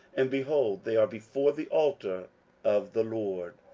and, behold, they are before the altar of the lord.